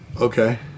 okay